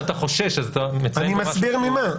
אם אתה חושש, אתה מציע --- אני מסביר ממה.